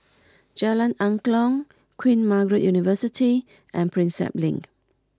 Jalan Angklong Queen Margaret University and Prinsep Link